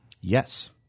Yes